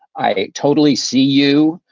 i totally see you.